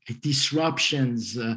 disruptions